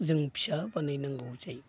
जों फिसा बानायनांगौ जायो